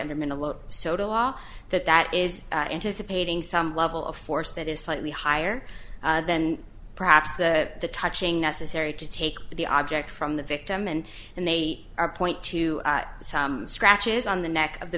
to a law that that is anticipating some level of force that is slightly higher then perhaps the touching necessary to take the object from the victim and and they are point to some scratches on the neck of the